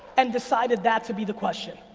and decided that to be the question.